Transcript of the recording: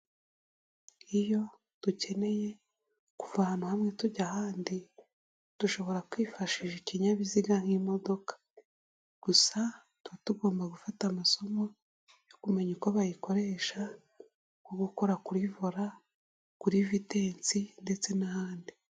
Iyo dukeneye kuva ahantu hamwe tujya ahandi, dushobora kwifashisha ikinyabiziga nk'imodoka. Gusa tuba tugomba gufata amasomo yo kumenya uko bayikoresha nko gukora kuri vola, kuri vitensi ndetse n'ahandi.